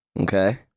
Okay